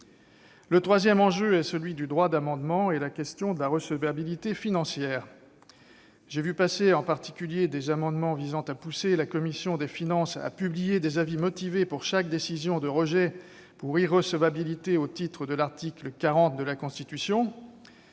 Le troisième enjeu est celui du droit d'amendement et la question de la recevabilité financière. J'ai vu passer, en particulier, des amendements visant à pousser la commission des finances à publier des avis motivés pour chaque décision de rejet pour irrecevabilité au titre de l'article 40 de la Constitution.